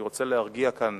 אני רוצה להרגיע כאן